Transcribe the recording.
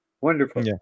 wonderful